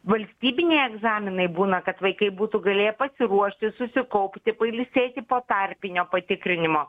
valstybiniai egzaminai būna kad vaikai būtų galėję pasiruošti susikaupti pailsėti po tarpinio patikrinimo